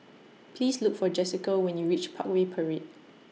Please Look For Jessika when YOU REACH Parkway Parade